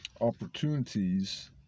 opportunities